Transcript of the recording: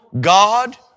God